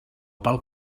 pel